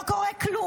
ולא קורה כלום.